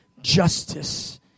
justice